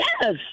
Yes